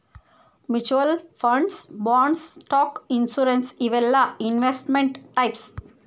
mutual funds bonds stock insurance ಇವೆಲ್ಲಾ investment types